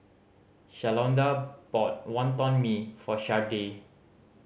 Shalonda bought Wonton Mee for Shardae